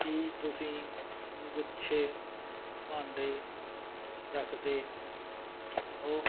ਕੀ ਤੁਸੀਂ ਗੁੱਛੇ ਭਾਂਡੇ ਰੱਖਦੇ ਹੋ